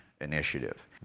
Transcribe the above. initiative